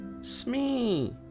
Smee